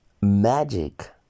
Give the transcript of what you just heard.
magic